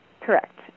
Correct